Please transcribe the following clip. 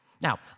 Now